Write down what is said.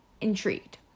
intrigued